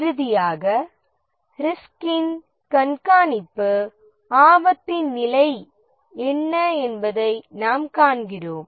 இறுதியாக ரிஸ்கின் கண்காணிப்பில் நாம் ரிஸ்கின் நிலை என்ன என்பதை காண்கிறோம்